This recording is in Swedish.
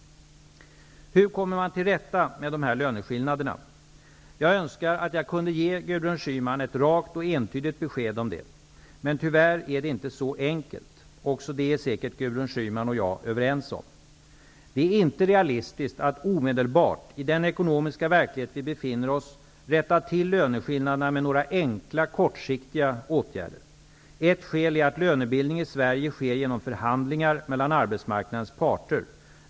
Hur kommer man till rätta med dessa löneskillnader? Jag önskar att jag kunde ge Gudrun Schyman ett rakt och entydigt besked om detta. Tyvärr är det inte så enkelt. Också det är säkert Gudrun Schyman och jag överens om. Det är inte realistiskt att omedelbart, i den ekonomiska verklighet vi befinner oss i, rätta till löneskillnaderna med några enkla, kortsiktiga åtgärder. Ett skäl är att lönebildning i Sverige sker genom förhandlingar mellan arbetsmarknadens parter.